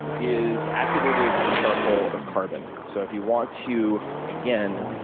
is activated charcoal or carbon. so if you want to, again,